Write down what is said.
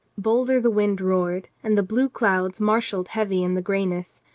bolder the wind roared, and the blue clouds mar shalled heavy in the grayness.